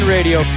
Radio